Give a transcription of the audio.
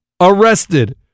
arrested